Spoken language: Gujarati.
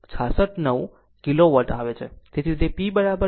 0669 કિલોવોટ આવે છે